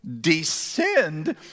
Descend